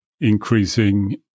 increasing